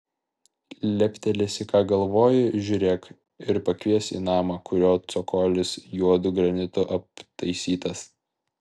leptelėsi ką galvoji žiūrėk ir pakvies į namą kurio cokolis juodu granitu aptaisytas